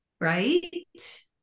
Right